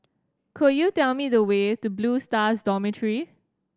could you tell me the way to Blue Stars Dormitory